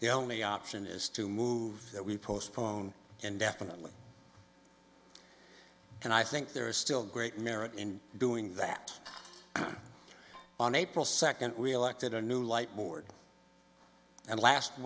the only option is to move that we postpone indefinitely and i think there's still great merit in doing that on april second we elected a new light board and last